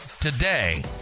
today